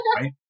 right